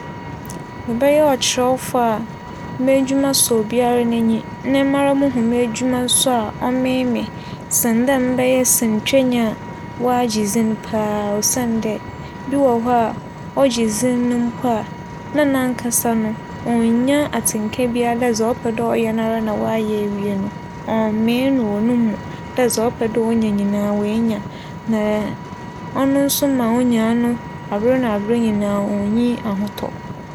Mebɛyɛ ͻkyerɛwfo a m'edwuma sͻ obira n'enyi na mara so muhu m'edwuma so a ͻmee me sen dɛ mebɛyɛ sinetwanyi a wͻagye dzin paa osiandɛ bi wͻ hͻ a ͻgye dzin no mpo a, nankasa onnya atsenka biara dɛ dza ͻpɛ dɛ ͻyɛ ara na wͻayɛ ewie no. ͻmmee no wͻ no mu, dɛ dza ͻpɛ dɛ onya no nyinara woenya, na ͻno so ma onya no aber na aber nyinara wonnya ahotͻ.